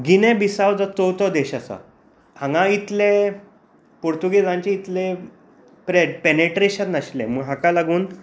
Guinea Bissau जो चवथो देश आसा हांगां इतले पुर्तुगीजाचे इतले पे पॅनेट्रेशन नासलें हाका लागून